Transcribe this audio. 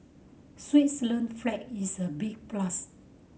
Switzerland flag is a big plus